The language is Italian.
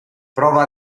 prova